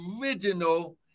original